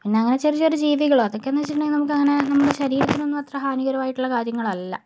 പിന്നയങ്ങനെ ചെറു ചെറു ജീവികൾ അതൊക്കെയെന്നു വച്ചിട്ടുണ്ടെങ്കിൽ നമുക്കങ്ങനെ നമ്മളെ ശരീരത്തിനൊന്നും അത്ര ഹാനികരമായിട്ടുള്ള കാര്യങ്ങളല്ല